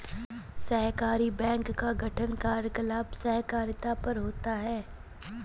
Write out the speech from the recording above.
सहकारी बैंक का गठन कार्यकलाप सहकारिता पर होता है